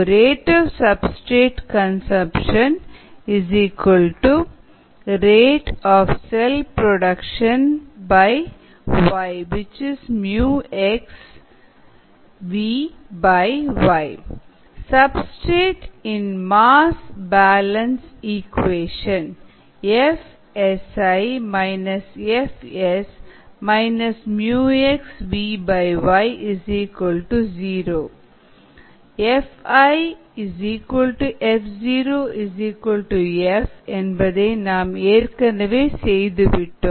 Rate of substrate consumption rate of cell productionYxs μxVYxs substrate இன் mass balance equation FSi FS μxVYxs 0 FiF0F என்பதை நாம் ஏற்கனவே செய்துவிட்டோம்